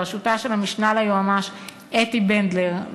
בראשותה של המשנה ליועץ המשפטי אתי בנדלר,